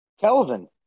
Kelvin